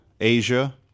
Asia